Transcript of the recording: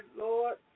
Lord